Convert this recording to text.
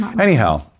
Anyhow